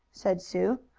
said sue.